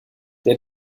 der